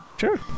Sure